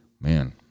Man